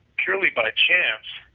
purely by chance.